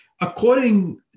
according